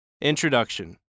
Introduction